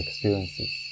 Experiences